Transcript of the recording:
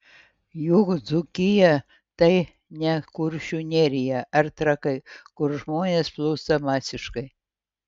juk dzūkija tai ne kuršių nerija ar trakai kur žmonės plūsta masiškai